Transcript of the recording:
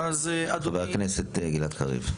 חבר הכנסת גלעד קריב, בקשה.